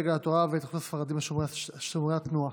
דגל התורה והתאחדות הספרדים שומרי תורה.